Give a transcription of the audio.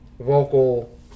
vocal